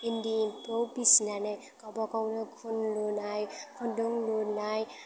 इन्दि एम्फौ फिसिनानै गावबा गावनो खुन लुनाय खुन्दुं लुनाय